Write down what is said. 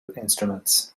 instruments